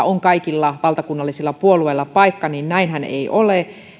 on kaikilla valtakunnallisilla puolueilla paikka niin näinhän ei ole